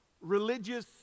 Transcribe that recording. religious